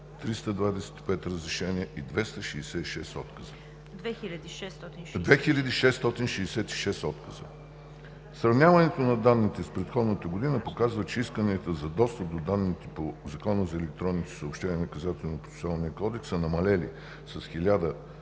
325 разрешения и 2666 отказа. Сравняването на данните с предходната година показва, че исканията за достъп до данните по Закона за електронните